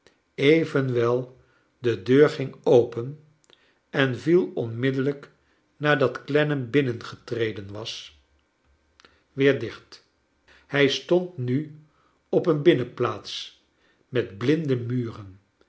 evenwel de deur ging open en viel onmiddellijk nadat clennam binnengetreden was weer dicht hij stond nu op een binnenplaats met blinde muren